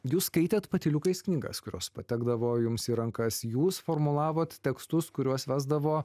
jūs skaitėt patyliukais knygas kurios patekdavo jums į rankas jūs formulavot tekstus kuriuos vesdavo